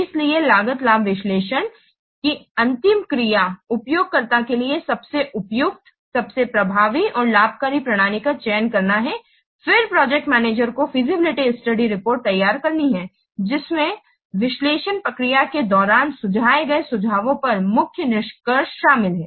इसलिए लागत लाभ विश्लेषण की अंतिम क्रिया उपयोगकर्ता के लिए सबसे उपयुक्त सबसे प्रभावी और लाभकारी प्रणाली का चयन करना है फिर प्रोजेक्ट मैनेजर को फीजिबिलिटी स्टडी रिपोर्ट तैयार करनी है जिसमें विश्लेषण प्रक्रिया के दौरान सुझाए गए सुझावों पर प्रमुख निष्कर्ष शामिल हैं